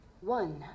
one